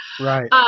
Right